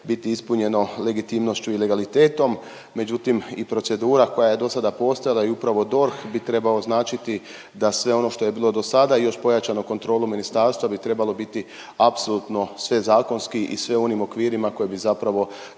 biti ispunjeno legitimnošću i legalitetom, međutim i procedura koja je do sada postojala i upravo DORH bi trebao značiti da sve ono što je bilo do sada i još pojačano kontrolu ministarstva bi trebalo biti apsolutno sve zakonski i sve u onim okvirima koje bi zapravo